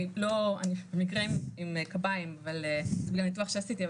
אני במקרה עם קביים בגלל ניתוח שעשיתי,